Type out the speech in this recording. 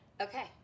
Okay